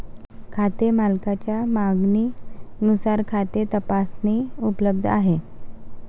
खाते मालकाच्या मागणीनुसार खाते तपासणी उपलब्ध आहे